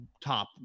top